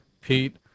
Pete